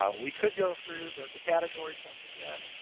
um we could go through the the categories once again,